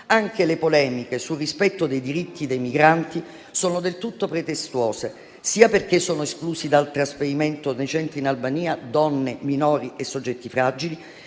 Anche le polemiche sul rispetto dei diritti dei migranti sono del tutto pretestuose, sia perché sono esclusi dal trasferimento nei centri in Albania donne, minori e soggetti fragili,